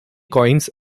coins